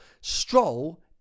Stroll